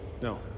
no